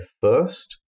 first